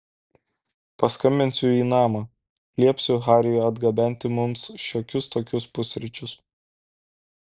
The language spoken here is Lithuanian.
paskambinsiu į namą liepsiu hariui atgabenti mums šiokius tokius pusryčius